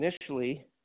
initially